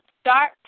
start